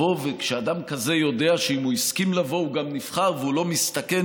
כשאדם כזה יודע שאם הוא הסכים לבוא הוא גם נבחר והוא לא מסתכן